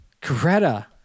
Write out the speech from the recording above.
Greta